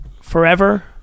forever